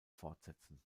fortsetzen